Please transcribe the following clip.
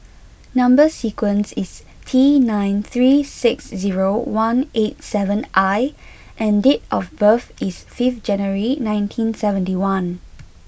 number sequence is T nine three six zero one eight seven I and date of birth is fifth January nineteen seventy one